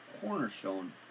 cornerstone